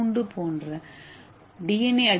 ஏ கூண்டு போன்ற டி